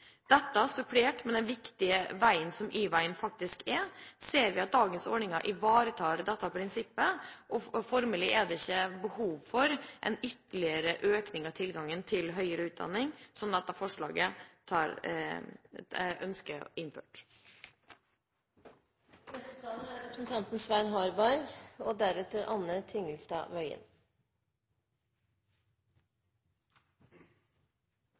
dette, supplert med den viktige Y-veien, ser vi at dagens ordninger ivaretar dette prinsippet. Formelig er det ikke behov for en ytterligere økning av tilgangen til høyere utdanning – som gjennom dette forslaget